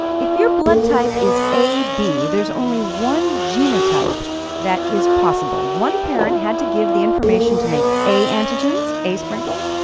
if your blood type is ab there's only one genotype that is possible. one parent had to give the information to make a antigens, a sprinkles,